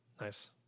Nice